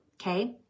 okay